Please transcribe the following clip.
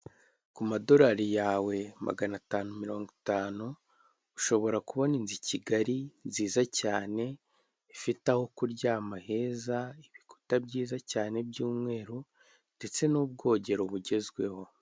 Ku madolari yawe magana atanu mirongo itanu ushobora kubona inzu i kigali nziza cyane, ifite aho kuryama heza ibikuta byiza cyane by'umweru ndetse n'ubwogero bugezweho.